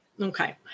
Okay